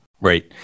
Right